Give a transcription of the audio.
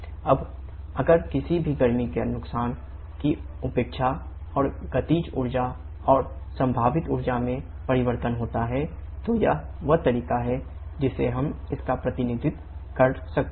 अब अगर किसी भी गर्मी के नुकसान की उपेक्षा और गतिज ऊर्जा और संभावित ऊर्जा में परिवर्तन होता है तो यह वह तरीका है जिससे हम इसका प्रतिनिधित्व कर सकते हैं